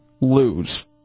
lose